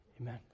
Amen